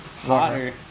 Hotter